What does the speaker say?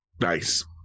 Nice